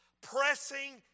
pressing